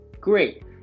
Great